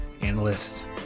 Analyst